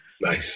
Nice